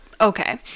okay